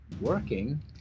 working